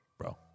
bro